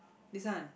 this one